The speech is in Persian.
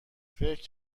فکر